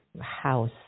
house